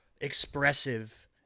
expressive